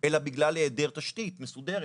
אלא בגלל היעדר תשתית מסודרת.